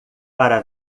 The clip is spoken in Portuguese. para